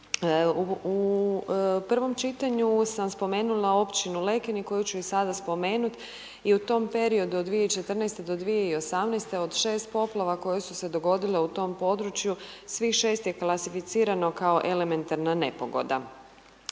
U prvom čitanju sam spomenula općinu Lekenik koju ću i sada spomenuti i u tom periodu od 2014. do 2018. od 6 poplava koje su se dogodile u tom području, svih 6 je klasificirano kao elementarna nepogoda.